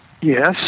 Yes